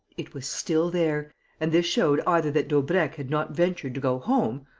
it was still there and this showed either that daubrecq had not ventured to go home,